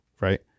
right